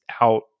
out